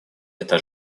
это